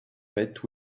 met